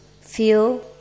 feel